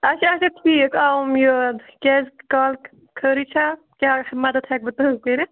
اَچھا اَچھا ٹھیٖک آوُم یاد کیٛازِ کال خٲرٕے چھا کیٛاہ مدد ہٮ۪کہٕ بہٕ تُہٕنٛز کٔرِتھ